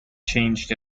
changed